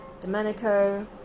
Domenico